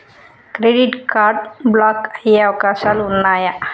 Credit card block అయ్యే అవకాశాలు ఉన్నయా?